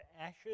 ashes